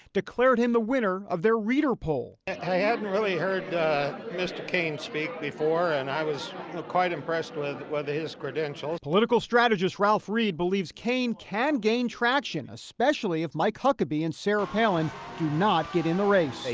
declared him the winner of their reader poll. and i hadn't really heard mr. cain speak before and i was quite impressed with with his credentials. political strategist ralph reed believes cain can gain traction, especially if mike huckabee and sarah palin do not get in the race.